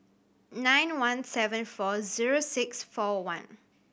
nine one seven four zero six four one